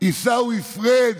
עיסאווי פריג'